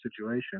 situation